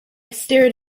stared